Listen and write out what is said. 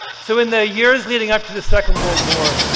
so in the years leading up to the second world war,